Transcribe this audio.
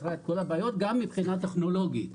הבעיות גם מבחינה טכנולוגית.